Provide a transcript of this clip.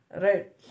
Right